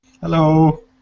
Hello